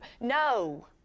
No